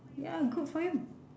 ya good for you